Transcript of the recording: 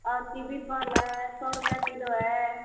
और कीबी फल है सौ रुपये किलो है